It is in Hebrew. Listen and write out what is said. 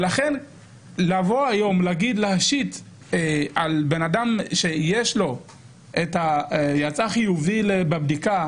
לכן להשית היום על אדם שיצא חיובי בבדיקה,